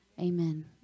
amen